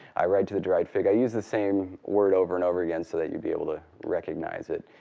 i ride to the dried fig. i use the same word over and over again so that you'll be able to recognize it.